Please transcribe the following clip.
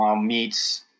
meets